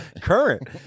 current